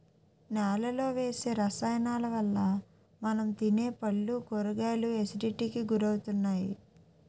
నేలలో వేసే రసాయనాలవల్ల మనం తినే పళ్ళు, కూరగాయలు ఎసిడిటీకి గురవుతున్నాయి